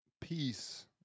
peace